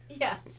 Yes